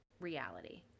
reality